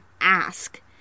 ask